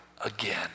again